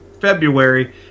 February